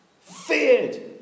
Feared